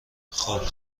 خوب